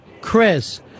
Chris